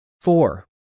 four